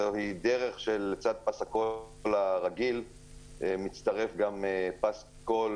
זוהי דרך שלצד פס הקול הרגיל מצטרף גם פס קול